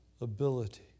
ability